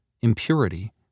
impurity